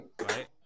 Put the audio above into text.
right